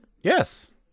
Yes